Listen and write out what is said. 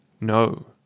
No